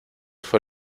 fue